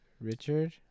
Richard